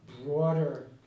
broader